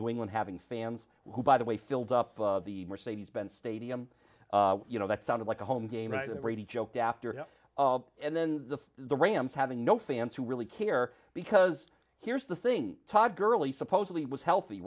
new england having fans who by the way filled up the mercedes benz stadium you know that sounded like a home game and brady joked after it and then the the rams having no fans who really care because here's the thing todd gurley supposedly was healthy